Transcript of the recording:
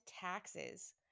taxes